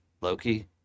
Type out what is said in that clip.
Loki